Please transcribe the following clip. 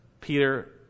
peter